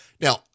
Now